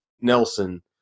Nelson